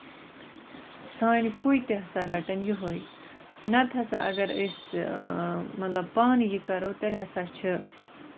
سانہ پُیہِ تہِ ہَسا رَٹَن یِہےَ نتہٕ ہسا اَگر أسۍ مطلب پانہٕ یہِ کرو تیٚلہِ ہسا چھِ